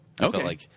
Okay